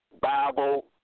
Bible